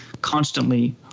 constantly